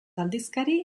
aldizkari